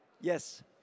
Yes